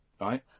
right